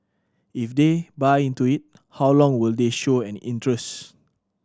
if they buy into it how long will they show an interest